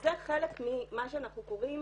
וזה חלק ממה שאנחנו קוראים